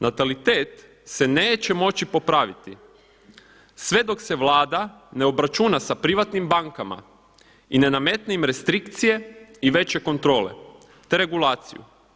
Natalitet se neće moći popraviti sve dok se Vlada ne obračuna sa privatnim bankama i ne nametne im restrikcije i veće kontrole, te regulaciju.